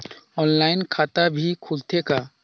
Online खाता भी खुलथे का?